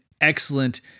excellent